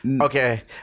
okay